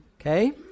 Okay